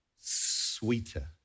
sweeter